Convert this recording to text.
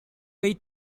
way